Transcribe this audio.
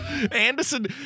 Anderson